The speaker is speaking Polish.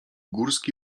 górski